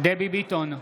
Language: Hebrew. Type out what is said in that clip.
דבי ביטון,